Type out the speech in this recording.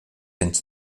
into